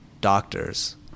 doctors